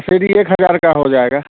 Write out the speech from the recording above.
सिरी एक हज़ार का हो जाएगा